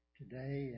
today